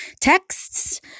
texts